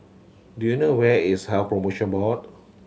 do you know where is Health Promotion Board